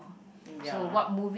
ya